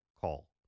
call